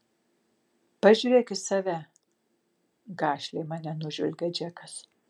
pažiūrėk į save gašliai mane nužvelgia džekas